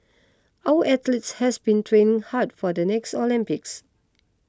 our athletes has been training hard for the next Olympics